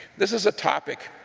this is a topic,